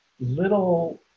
Little